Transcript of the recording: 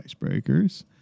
icebreakers